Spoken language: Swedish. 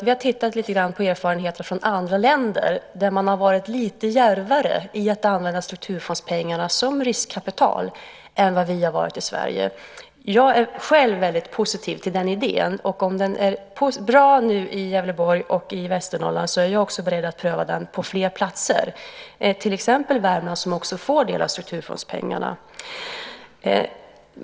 Vi har tittat lite grann på erfarenheter från andra länder där man har varit lite djärvare i att använda strukturfondspengarna som riskkapital än vad vi har varit i Sverige. Jag är själv positiv till idén. Om den är bra i Gävleborg och i Västernorrland är jag också beredd att pröva den på fler platser - till exempel Värmland, som också får del av strukturfondspengarna.